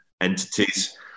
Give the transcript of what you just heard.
entities